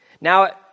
Now